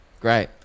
great